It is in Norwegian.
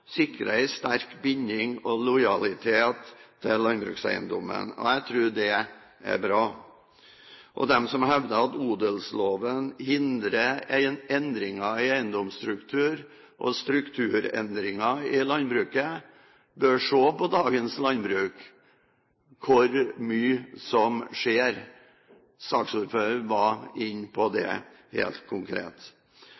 sterk binding og lojalitet til landbrukseiendommen. Jeg tror det er bra. De som hevder at odelsloven hindrer endringer i eiendomsstruktur og strukturendringer i landbruket, bør se på dagens landbruk, se hvor mye som skjer. Saksordføreren var inne på det